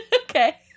Okay